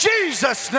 Jesus